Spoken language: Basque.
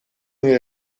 nire